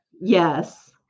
Yes